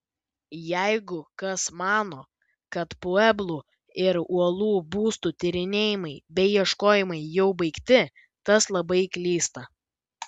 jeigu kas mano kad pueblų ir uolų būstų tyrinėjimai bei ieškojimai jau baigti tas labai klysta